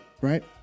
right